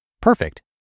Perfect